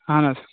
اَہن حظ